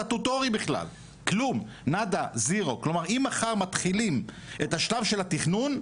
כלומר אם מחר מתחילים את שלב התכנון,